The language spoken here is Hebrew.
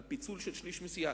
על פיצול של שליש מסיעה.